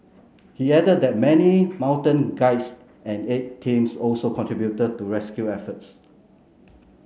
he added that many mountain guides and aid teams also contributed to rescue efforts